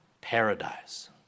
Paradise